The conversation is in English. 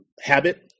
habit